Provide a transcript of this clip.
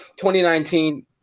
2019